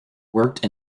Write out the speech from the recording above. worked